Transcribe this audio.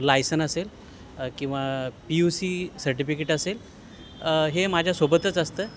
licence असेल किंवा P U C certificate असेल हे माझ्या सोबतच असतं